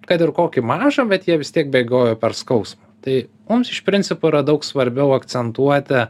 kad ir kokį mažą bet jie vis tiek bėgiojo per skausmą tai mums iš principo yra daug svarbiau akcentuoti